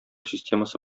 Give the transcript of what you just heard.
системасы